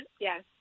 Yes